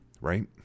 right